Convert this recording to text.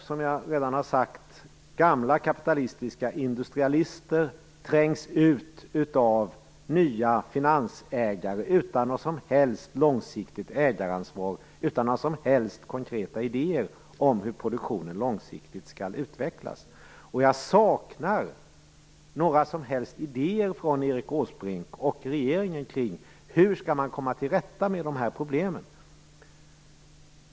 Som jag redan har sagt, trängs gamla kapitalistiska industrialister ut av nya finansägare utan något som helst långsiktigt ägaransvar och utan några som helst konkreta idéer om hur produktionen långsiktigt skall utvecklas. Jag saknar över huvud taget idéer från Erik Åsbrink och regeringen om hur man skall komma till rätta med dessa problem.